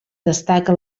destaca